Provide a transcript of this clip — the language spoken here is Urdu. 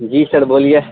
جی سر بولیے